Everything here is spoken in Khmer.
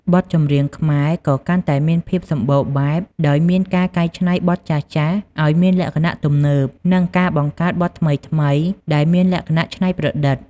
បទចម្រៀងខ្មែរក៏កាន់តែមានភាពសម្បូរបែប ដោយមានការកែច្នៃបទចាស់ៗឱ្យមានលក្ខណៈទំនើប និងការបង្កើតបទថ្មីៗដែលមានលក្ខណៈច្នៃប្រឌិត។